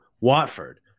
Watford